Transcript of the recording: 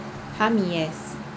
Hami yes